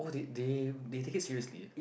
oh they they they take it seriously